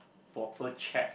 proper check